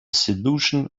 solution